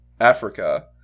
africa